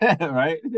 right